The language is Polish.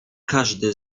każdy